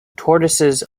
tortoises